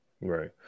right